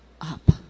up